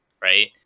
Right